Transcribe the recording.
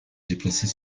déplacer